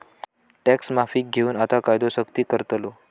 tax माफीक घेऊन आता कायदो सख्ती करतलो